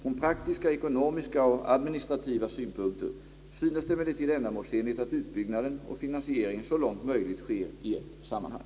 Från praktiska, ekonomiska och administrativa synpunkter synes det emellertid ändamålsenligt att utbyggnaden och finansieringen så långt möjligt sker i ett sammanhang.